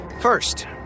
First